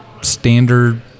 standard